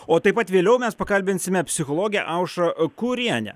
o taip pat vėliau mes pakalbinsime psichologę aušrą kurienę